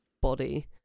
body